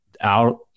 out